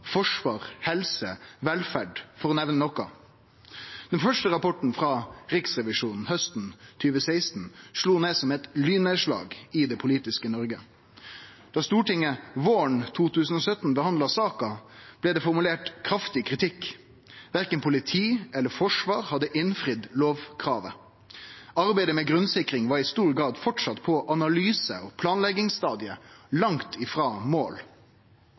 forsvar, helse og velferd – for å nemne noko. Den første rapporten frå Riksrevisjonen hausten 2016 slo ned som eit lynnedslag i det politiske Noreg. Da Stortinget våren 2017 behandla saka, blei det formulert kraftig kritikk. Verken politi eller forsvar hadde innfridd lovkravet. Arbeidet med grunnsikring var i stor grad framleis på analyse- og planleggingsstadiet og langt frå i mål.